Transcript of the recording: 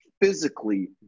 physically